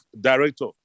director